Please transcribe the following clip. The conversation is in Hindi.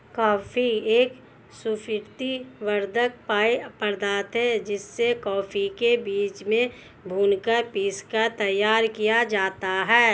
कॉफी एक स्फूर्ति वर्धक पेय पदार्थ है जिसे कॉफी के बीजों से भूनकर पीसकर तैयार किया जाता है